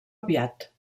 aviat